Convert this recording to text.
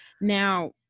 Now